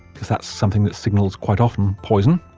because that's something that signals quite often poison.